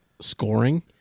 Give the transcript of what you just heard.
scoring